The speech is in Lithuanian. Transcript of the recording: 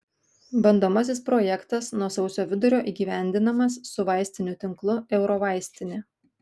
bandomasis projektas nuo sausio vidurio įgyvendinamas su vaistinių tinklu eurovaistinė